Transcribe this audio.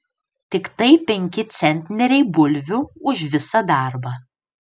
tiktai penki centneriai bulvių už visą darbą